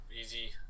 easy